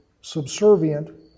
subservient